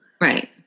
Right